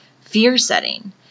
fear-setting